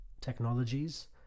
technologies